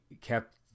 kept